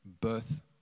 birth